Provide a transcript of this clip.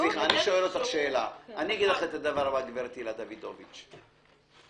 גברת דוידוביץ,